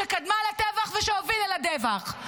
שקדמה לטבח ושהובילה לטבח.